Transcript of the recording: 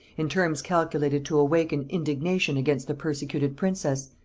in terms calculated to awaken indignation against the persecuted princess,